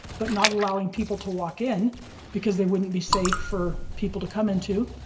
but not allowing people to walk in because they wouldn't be safe for people to come into,